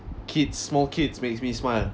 kids small kids makes me smile